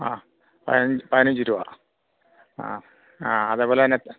ആ പതിനഞ്ച് പതിനഞ്ച് രൂപ ആ ആ അതേപോലെത്തന്നെ